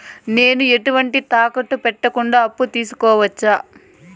నేను ఎటువంటి తాకట్టు పెట్టకుండా అప్పు తీసుకోవచ్చా?